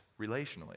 relationally